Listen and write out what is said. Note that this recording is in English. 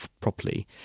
properly